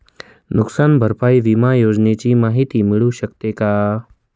नुकसान भरपाई विमा योजनेची माहिती मिळू शकते का?